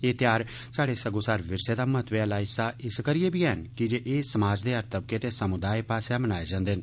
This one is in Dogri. एह् ध्यार स्हाड़े सग्गोसार विरसे दा महत्वे आह्ला हिस्सा इस करियै बी ऐन कीजे एह् समाज दे हर तबके ते समुदाय पास्सेआ मनाए जंदे न